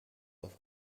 auf